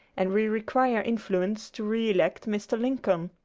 and we require influence to re-elect mr. lincoln.